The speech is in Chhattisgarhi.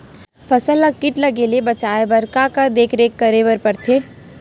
फसल ला किट लगे से बचाए बर, का का देखरेख करे बर परथे?